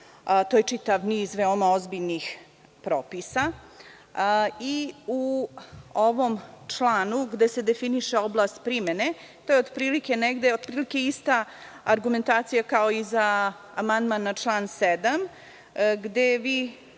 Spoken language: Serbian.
To je čitav niz veoma ozbiljnih propisa.U ovom članu gde se definiše oblast primene, to je otprilike ista argumentacija kao i za amandman na član 7, gde